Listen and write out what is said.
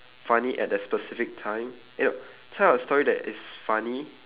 funny at the specific time eh no tell a story that is funny